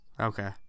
Okay